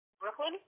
Brooklyn